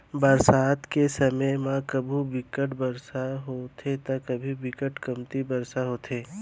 बरसात के समे म कभू बिकट बरसा होथे त कभू बिकट कमती बरसा होथे